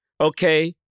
okay